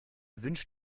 wünsch